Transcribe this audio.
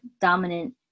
dominant